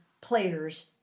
players